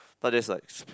but that's like